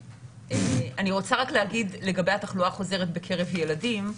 אני רוצה רק להגיד לגבי התחלואה החוזרת בקרב ילדים.